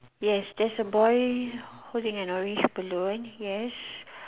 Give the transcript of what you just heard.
yes there's a boy holding an orange balloon yes